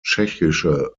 tschechische